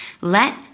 let